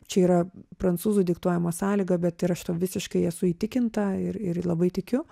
čia yra prancūzų diktuojama sąlyga bet ir aš tuo visiškai esu įtikinta ir ir labai tikiu